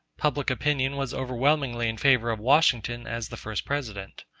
public opinion was overwhelmingly in favor of washington as the first president.